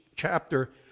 chapter